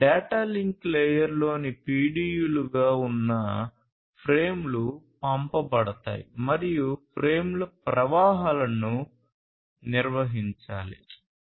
data link లేయర్లోని PDUలుగా ఉన్న ఫ్రేమ్లు పంపబడతాయి మరియు ఫ్రేమ్ల ప్రవాహాలను నిర్వహించాలి